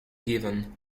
given